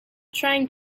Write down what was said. trying